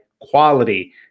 quality